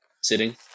sitting